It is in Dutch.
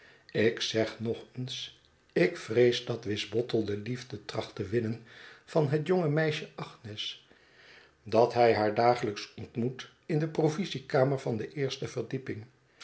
ik zeg nog eens ik vrees dat wisbottle de liefde tracht te winnen van het jonge meisje agnes dat hij haar dagelijks ontmoet in de provisiekamer van de eerste verdieping